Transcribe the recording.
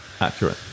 accurate